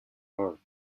her